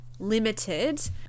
limited